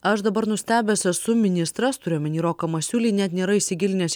aš dabar nustebęs esu ministras turiu omeny roką masiulį net nėra įsigilinęs